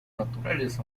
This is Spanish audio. naturales